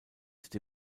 ist